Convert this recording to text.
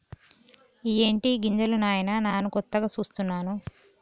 ఇయ్యేటి గింజలు నాయిన నాను కొత్తగా సూస్తున్నాను